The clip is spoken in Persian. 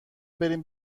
بریم